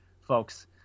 folks